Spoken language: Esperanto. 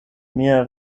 mia